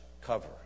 cover